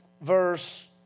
verse